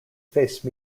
face